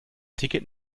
ticket